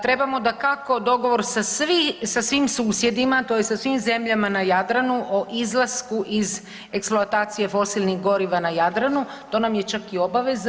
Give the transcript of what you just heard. Trebamo dakako dogovor sa svim susjedima, tj. sa svim zemljama na Jadranu o izlasku iz eksploatacije fosilnih goriva na Jadranu, to nam je čak i obaveza.